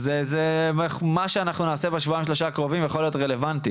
אז זה מה שאנחנו נעשה בשבועיים שלושה הקרובים יכול להיות רלוונטי.